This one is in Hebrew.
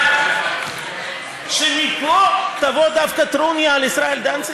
אבל שדווקא מפה תבוא טרוניה על ישראל דנציגר?